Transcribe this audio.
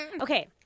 Okay